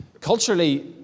culturally